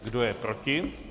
Kdo je proti?